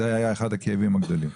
זה היה אחד הכאבים הגדולים.